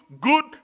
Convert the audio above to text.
good